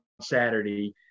Saturday